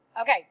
Okay